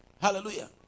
Hallelujah